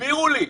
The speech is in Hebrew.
תסבירו לי.